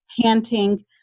panting